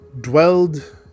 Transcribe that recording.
dwelled